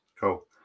cool